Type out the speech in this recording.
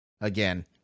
Again